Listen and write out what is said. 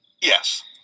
Yes